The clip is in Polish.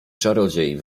czarodziej